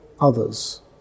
others